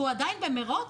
והוא עדיין במרוץ?